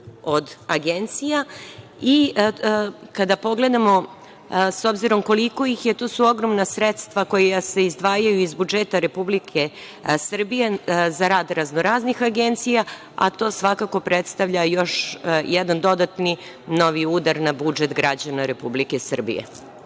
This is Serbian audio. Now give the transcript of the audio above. od agencija i kada pogledamo, s obzirom koliko ih je, to su ogromna sredstva koja se izdvajaju iz budžeta Republike Srbije za rad raznoraznih agencija, a to svakako predstavlja još jedan dodatni novi udar na budžet građana Republike Srbije.